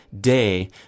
day